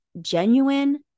genuine